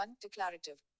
Declarative